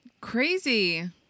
Crazy